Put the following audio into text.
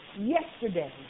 yesterday